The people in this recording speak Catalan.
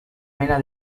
mena